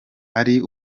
ari